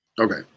Okay